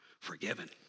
forgiven